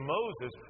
Moses